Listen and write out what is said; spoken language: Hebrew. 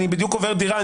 אני בדיוק עובר דירה,